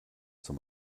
zum